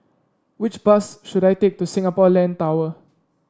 which bus should I take to Singapore Land Tower